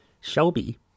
Shelby